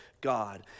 God